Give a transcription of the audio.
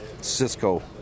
Cisco